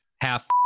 half